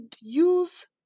use